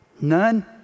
None